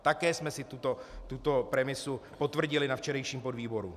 Také jsme si tuto premisu potvrdili na včerejším podvýboru.